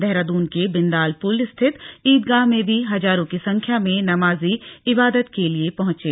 देहरादून के बिंदाल पुल स्थित ईदगाह में भी हजारों की संख्या में नमाजी इबादत के लिए पहचे